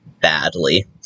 badly